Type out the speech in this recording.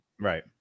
Right